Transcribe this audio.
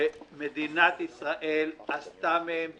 שמדינת ישראל עשתה מהם צחוק,